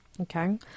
Okay